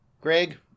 Greg